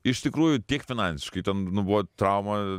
iš tikrųjų tiek finansiškai ten nu buvo trauma